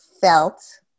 felt